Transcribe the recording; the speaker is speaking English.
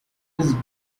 his